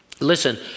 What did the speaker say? Listen